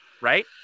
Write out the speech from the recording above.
right